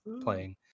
playing